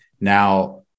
Now